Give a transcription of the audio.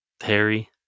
Harry